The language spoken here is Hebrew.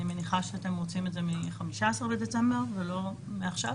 אני מניחה שאתם רוצים את זה מה-15 בדצמבר ולא מעכשיו?